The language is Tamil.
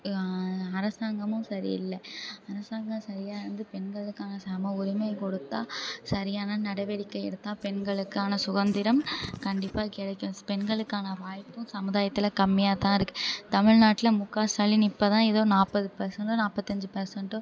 அரசாங்கமும் சரியில்லை அரசாங்கம் சரியாக இருந்து பெண்களுக்கான சம உரிமை கொடுத்தால் சரியான நடவடிக்கை எடுத்தால் பெண்களுக்கான சுதந்திரம் கண்டிப்பாக கிடைக்கும் பெண்களுக்கான வாய்ப்பும் சமுதாயத்தில் கம்மியாக தான் இருக்குது தமிழ்நாட்ல முக ஸ்டாலின் இப்போ தான் ஏதோ நாற்பது பர்சண்ட்டோ நாற்பத்தஞ்சி பர்சண்ட்டோ